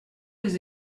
des